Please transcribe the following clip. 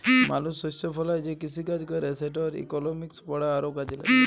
মালুস শস্য ফলায় যে কিসিকাজ ক্যরে সেটর ইকলমিক্স পড়া আরও কাজে ল্যাগল